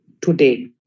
today